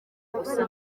gusa